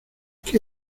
qué